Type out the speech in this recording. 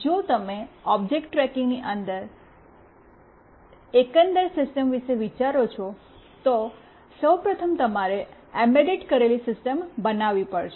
જો તમે ઓબ્જેક્ટ ટ્રેકિંગની એકંદર સિસ્ટમ વિશે વિચારો છો તો સૌ પ્રથમ તમારે એમ્બેડ કરેલી સિસ્ટમ બનાવવી પડશે